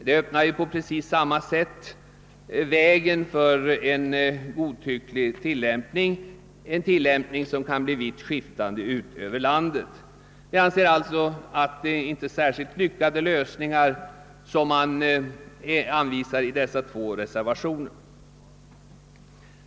Detta öppnar på precis samma sätt vägen för en godtycklig tillämpning, som kan bli vittskiftande över landet. Jag anser. alltså att det inte är särskilt lyckade lösningar som anvisas i dessa två reservationer.